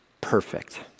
Perfect